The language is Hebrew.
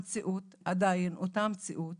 המציאות עדיין אותה מציאות